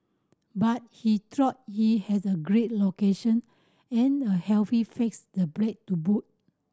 but he thought he has a great location and a fax the break to boot